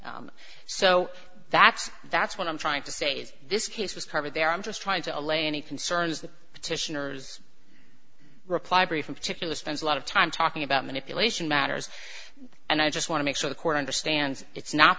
now so that's that's what i'm trying to say is this case was over there i'm just trying to allay any concerns that petitioners reply brief in particular spends a lot of time talking about manipulation matters and i just want to make sure the court understands it's not